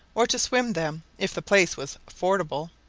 or to swim them, if the place was fordable,